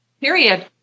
period